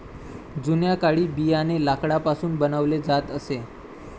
जुन्या काळी बियाणे लाकडापासून बनवले जात असे